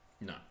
no